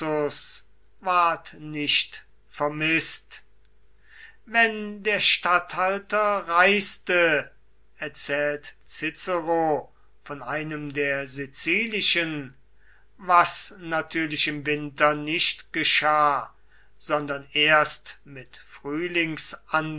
nicht vermißt wenn der statthalter reiste erzählt cicero von einem der sizilischen was natürlich im winter nicht geschah sondern erst mit frühlingsanfang